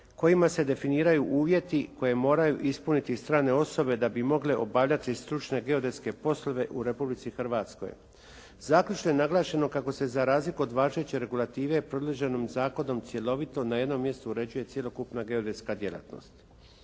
kojima se definiraju uvjeti koje moraju ispuniti strane osobe da bi mogle obavljati stručne geodetske poslove u Republici Hrvatskoj. Zaključeno je naglašeno kako se za razliku od važeće regulative predloženim zakonom cjelovito na jednom mjestu uređuje cjelokupna geodetska djelatnost.